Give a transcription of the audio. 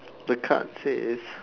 the card say if